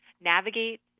navigate